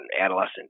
adolescent